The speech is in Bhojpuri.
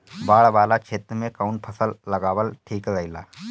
बाढ़ वाला क्षेत्र में कउन फसल लगावल ठिक रहेला?